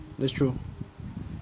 that's true